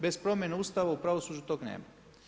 Bez promjene Ustava u pravosuđu tog nema.